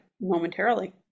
momentarily